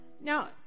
now